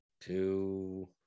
Two